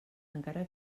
encara